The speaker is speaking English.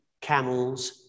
camels